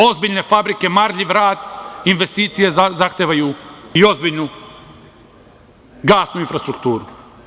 Ozbiljne fabrike, marljiv rad, investicije zahtevaju i ozbiljnu gasnu infrastrukturu.